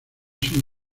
sin